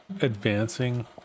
advancing